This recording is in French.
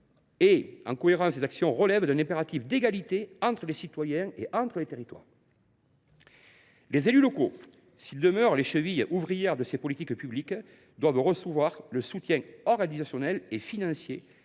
et la coordination des actions relèvent d’un impératif d’égalité entre les citoyens et les territoires. Les élus locaux, s’ils demeurent les chevilles ouvrières de ces politiques publiques, doivent recevoir le soutien organisationnel et financier